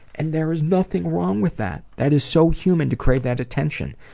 and there's nothing wrong with that. that is so human, to crave that attention.